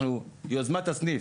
אנחנו יודעים ביוזמת הסניף,